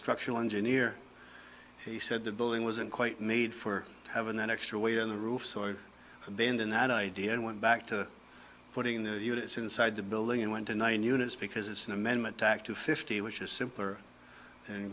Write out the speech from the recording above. structural engineer he said the building wasn't quite made for having that extra weight on the roof so i'd been that idea and went back to putting the units inside the building and went to nine units because it's an amendment tacked to fifty which is simpler and